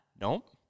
Nope